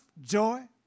joy